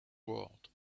world